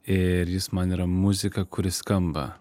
ir jis man yra muzika kuri skamba